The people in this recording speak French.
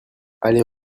aller